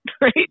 right